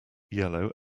yellow